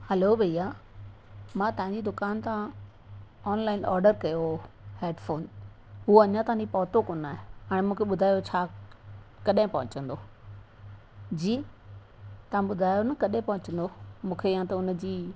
hello भइया मां तव्हांजी दुकान तां ऑनलाइन ऑडर कयो हो हैडफोन उहो अञा ताईं पहुतो कोन आहे हाणे मूंखे ॿुधायो छा कॾहिं पहुचंदो जी तव्हां ॿुधायो न कॾहिं पहुचंदो मूंखे या त उन जी